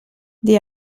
the